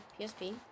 PSP